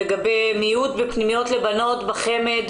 לגבי מיעוט בפנימיות לבנות בחמ"ד,